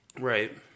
right